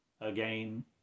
Again